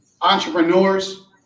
entrepreneurs